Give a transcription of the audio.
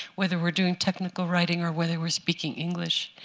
whether we're doing technical writing or whether we're speaking english,